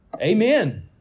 Amen